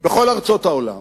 בכל ארצות העולם,